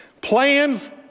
Plans